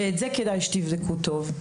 ואת זה כדאי שתבדקו טוב.